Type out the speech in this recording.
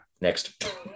Next